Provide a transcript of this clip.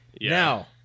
Now